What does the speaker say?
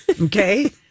Okay